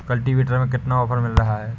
Cultivator में कितना offer मिल रहा है?